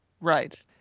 Right